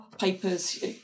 papers